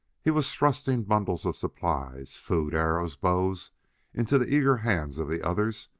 he was thrusting bundles of supplies food, arrows, bows into the eager hands of the others,